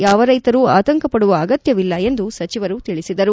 ಯಾವ ರೈತರೂ ಆತಂಕ ಪದುವ ಅಗತ್ಯವಿಲ್ಲ ಎಂದು ಸಚಿವರು ತಿಳಿಸಿದರು